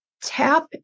tap